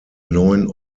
neuen